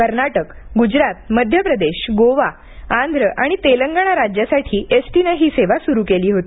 कर्नाटक गुजरात मध्यप्रदेश गोवा आंध्र आणि तेलंगण राज्यासाठी S T नं ही सेवा सुरु केली होती